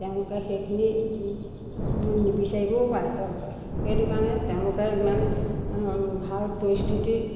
তেওঁলোকে সেইখিনি নিবিচাৰিবও পাৰে তেওঁলোকে সেইটো কাৰণে তেওঁলোকে ইমান ভাল পৰিস্থিতি